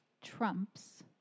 trumps